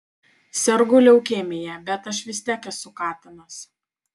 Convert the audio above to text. sergu leukemija bet aš vis tiek esu katinas